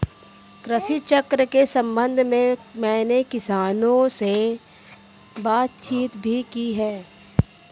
कृषि चक्र के संबंध में मैंने किसानों से बातचीत भी की है